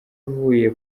avuye